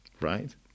right